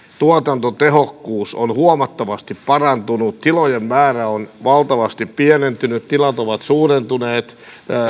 tuotantotehokkuus on huomattavasti parantunut tilojen määrä on valtavasti pienentynyt tilat ovat suurentuneet